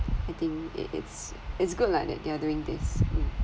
I think it it's it's good lah that they are doing this